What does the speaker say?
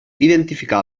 identificar